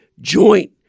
joint